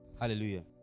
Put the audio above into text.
Hallelujah